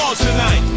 tonight